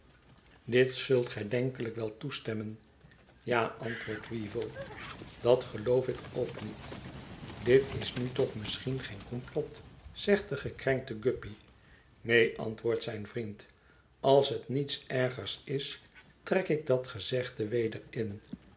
dit zult gij denkelijk wel toestemmen ja antwoordt weevle dat geloof ik ook niet dit is nu toch misschien geen komplot zegt de gekrenkte guppy neen antwoordt zijn vriend als het niets ergers is trek ik dat gezegde weder in